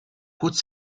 côte